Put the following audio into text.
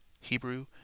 Hebrew